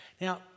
Now